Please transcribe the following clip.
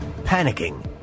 Panicking